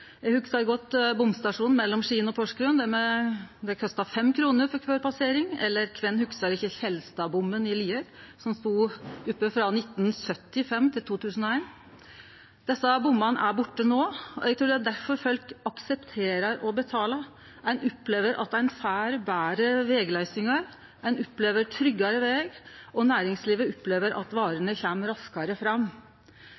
hugsar godt bomstasjonen mellom Skien og Porsgrunn, der det kosta 5 kr for kvar passering, og kven hugsar ikkje Kjellstadbommen i Lier, som stod frå 1975 til 2001. Desse bommane er borte no, og eg trur det er difor folk aksepterer å betale: Ein opplever at ein får betre vegløysingar, ein opplever tryggare veg, og næringslivet opplever at